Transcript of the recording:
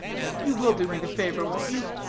you will do me the favor won't you?